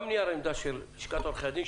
גם נייר של לשכת עורכי הדין,